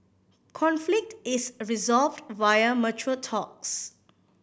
conflict is resolved via mature talks